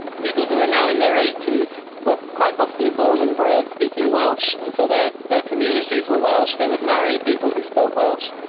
people who are now in their eighty s were quite possibly born and bred speaking welsh, and so their communities were welsh they would marry people who spoke welsh.